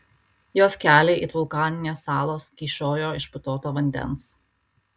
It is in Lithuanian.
jos keliai it vulkaninės salos kyšojo iš putoto vandens